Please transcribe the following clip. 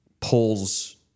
pulls